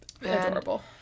Adorable